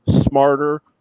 smarter